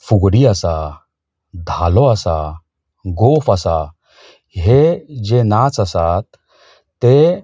फुगडी आसा धालो आसा गोफ आसा हे जे नाच आसात ते